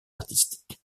artistique